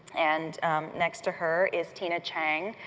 and next to her is tina chang,